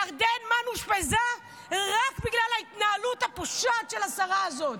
ירדן מן אושפזה רק בגלל ההתנהלות הפושעת של השרה הזאת.